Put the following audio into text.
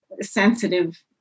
sensitive